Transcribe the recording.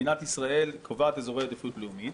מדינת ישראל קובעת אזורי עדיפות לאומית,